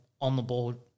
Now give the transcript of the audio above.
on-the-board